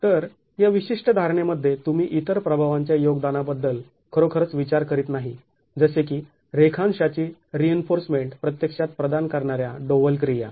तर या विशिष्ट धारणे मध्ये तुम्ही इतर प्रभावांच्या योगदानाबद्दल खरोखरच विचार करीत नाही जसे की रेखांशाची रिइन्फोर्समेंट प्रत्यक्षात प्रदान करणाऱ्या डोव्हल क्रिया